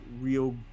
real